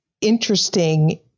interesting